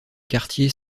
quartier